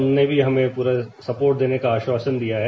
उन्होंने भी हमें प्ररा सपोर्ट देने का आश्वासन दिया है